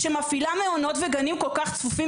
שמפעילה מעונות יום וגני ילדים כל כך צפופים,